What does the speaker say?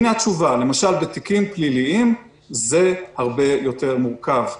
הנה התשובה: למשל בתיקים פליליים זה הרבה יותר מורכב.